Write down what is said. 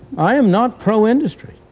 i am not pro-industry.